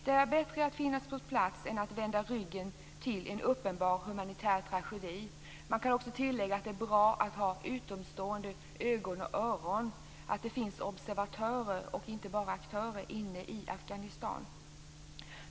Det är bättre att finnas på plats än att vända ryggen till en uppenbar humanitär tragedi. Man kan också tillägga att det är bra att ha utomstående ögon och öron - att det finns observatörer, inte bara aktörer - inne i Afghanistan.